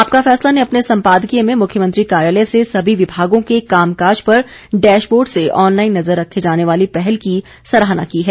आपका फैसला ने अपने संपादकीय में मुख्यमंत्री कार्यालय से सभी विभागों के कामकाज़ पर डैशबोर्ड से ऑनलाइन नज़र रखे जाने वाली पहल की सराहना की है